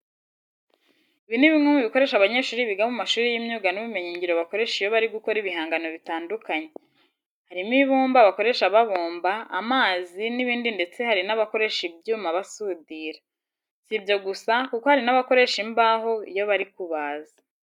Ibi ni bimwe mu bikoresho abanyeshuri biga mu mashuri y'imyuga n'ubumenyingiro bakoresha iyo bari gukora ibihangano bitandukanye. Harimo ibumba bakoresha babumba, amazi n'ibindi ndetse hari n'abakoresha ibyuma basudira. Si ibyo gusa kuko hari n'abakoresha imbaho iyo bari kubaza.